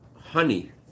honey